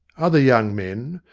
other young men,